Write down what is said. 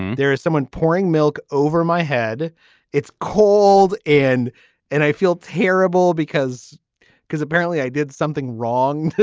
there is someone pouring milk over my head it's cold. and and i feel terrible because because apparently i did something wrong.